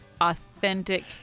authentic